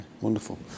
wonderful